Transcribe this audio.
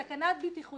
רעש מטוסים,